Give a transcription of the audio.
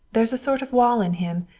there's a sort of wall in him,